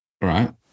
right